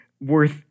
worth